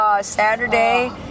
Saturday